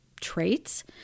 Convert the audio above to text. traits